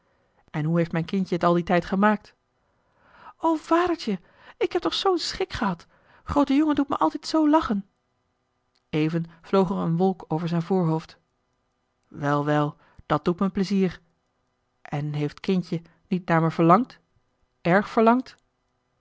en hoe heeft mijn kindje het al dien tijd gemaakt o vadertje ik heb toch zoo'n schik gehad grootejongen doet me altijd zoo lachen even vloog er een wolk over zijn voorhoofd joh h been paddeltje de scheepsjongen van michiel de ruijter wel wel dat doet me plezier en heeft kindje niet naar me verlangd èrg verlangd